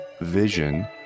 vision